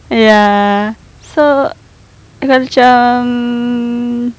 ya so macam